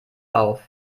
auf